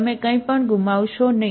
તમે કંઈપણ ગુમાવશો નહીં